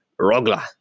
Rogla